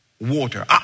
water